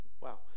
Wow